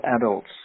adults